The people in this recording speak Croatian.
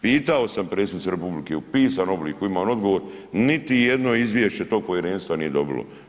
Pitao sam predsjednici republike u pisanom obliku imam odgovor, niti jedno izvješće tog povjerenstvo nije dobilo.